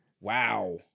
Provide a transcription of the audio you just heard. Wow